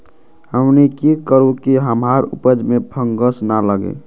हमनी की करू की हमार उपज में फंगस ना लगे?